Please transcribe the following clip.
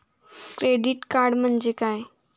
Credit card म्हणजे काय?